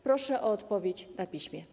Proszę o odpowiedź na piśmie.